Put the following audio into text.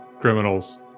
criminals